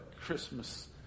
Christmas